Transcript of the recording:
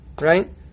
right